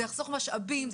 משאבים,